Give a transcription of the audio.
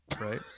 right